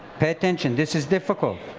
pay attention. this is difficult.